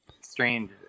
strange